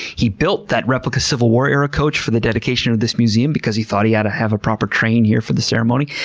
he built that replica civil war era coach for the dedication of this museum because he thought he had ah to have a proper train here for the ceremony.